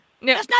No